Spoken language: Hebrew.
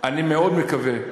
אני מאוד מקווה,